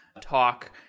talk